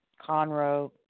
Conroe